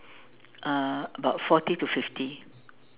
uh about forty to fifty